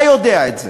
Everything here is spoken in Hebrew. אתה יודע את זה.